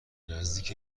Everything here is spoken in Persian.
نزدیک